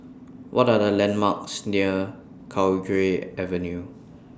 What Are The landmarks near Cowdray Avenue